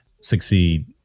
succeed